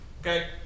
okay